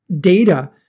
data